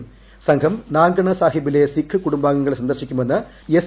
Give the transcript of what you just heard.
പ്രതിനിധി സംഘം നങ്കണ സാഹിബിലെ സിഖ് കുടുംബാംഗങ്ങളെ സന്ദർശിക്കുമെന്ന് എസ്